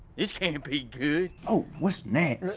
this can't be good. oh, what's next?